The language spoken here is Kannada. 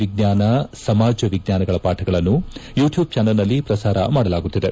ವಿಜ್ಞಾನ ಸಮಾಜ ವಿಜ್ಞಾನಗಳ ಪಾಠಗಳನ್ನು ಯೂಟ್ಯೂಬ್ ಚಾನಲ್ನಲ್ಲಿ ಪ್ರಸಾರ ಮಾಡಲಾಗುತ್ತಿದೆ